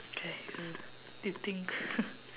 okay uh you think